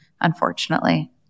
unfortunately